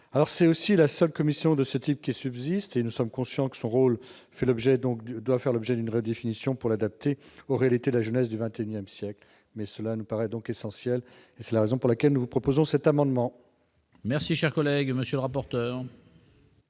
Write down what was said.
est aussi la seule commission de ce type qui subsiste, et nous sommes conscients que son rôle doit faire l'objet d'une redéfinition pour l'adapter aux réalités de la jeunesse du XXI siècle. Le sujet nous paraît donc essentiel, et c'est la raison pour laquelle nous proposons cet amendement. Quel est l'avis de la